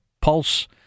pulse